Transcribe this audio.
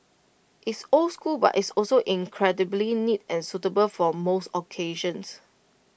it's old school but it's also incredibly neat and suitable for most occasions